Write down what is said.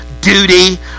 duty